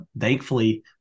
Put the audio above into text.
thankfully